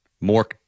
More